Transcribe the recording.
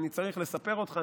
אני צריך לספר אותך,